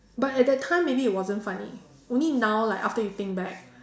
but at that time maybe it wasn't funny only now like after you think back